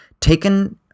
taken